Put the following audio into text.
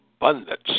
abundance